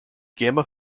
gamma